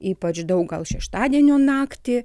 ypač daug gal šeštadienio naktį